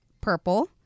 purple